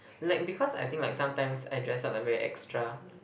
like because I think like sometimes I dress up like very extra